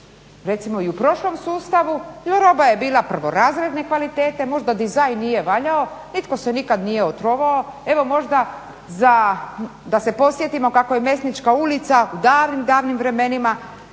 recimo i u prošlom sustavu roba je bila prvorazredne kvalitete. Možda dizajn nije valjao, nitko se nikad nije otrovao. Evo možda za, da se podsjetimo kako je Mesnička ulica u davnim, davnim vremenima